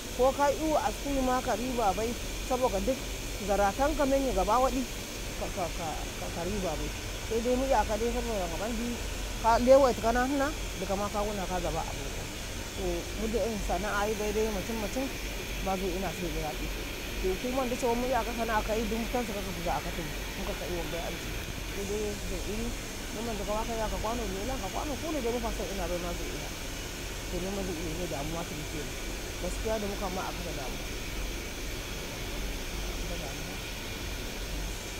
Ko ka "yu askuima ka bai doma cintau nzarataka menyi giɗka bai sai daimu "yakaudomacin lewai tika na nhina dika ma ka nhinaka zabe a bokau. mu da "yan askui bai dai macin macin mazu inase gidaƃi doku mandi cawan mu "yaka asku kakai gɗ mu tansikau ka fuzau a akatumu muka kakiwanbai ancai sai da kanadi memmandi ka wakaye ank menma carya belu anka kunnu mu dayan inabai mazu inui memmandi ilene bonaitumu kenan jire dumu kah ma akata bone ma akata bone.